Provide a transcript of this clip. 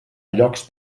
llocs